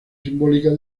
simbólica